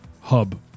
hub